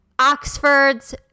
Oxfords